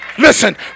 Listen